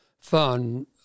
fun